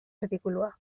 artikulua